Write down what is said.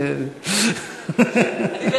אני,